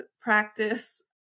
practice